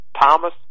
Thomas